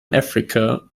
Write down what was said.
africa